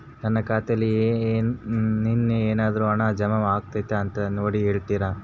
ನನ್ನ ಖಾತೆಯಲ್ಲಿ ನಿನ್ನೆ ಏನಾದರೂ ಹಣ ಜಮಾ ಆಗೈತಾ ಅಂತ ನೋಡಿ ಹೇಳ್ತೇರಾ?